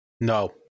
No